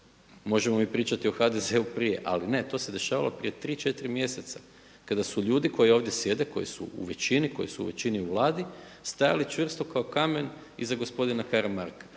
Možemo mi pričati o HDZ-u prije, ali ne, to se dešavalo prije tri, četiri mjeseca kada su ljudi koji ovdje sjede, koji su u većini, koji su u većini u Vladi stajali čvrsto kao kamen iza gospodina Karamarka.